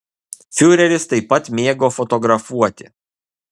fiureris taip pat mėgo fotografuoti